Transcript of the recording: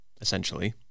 essentially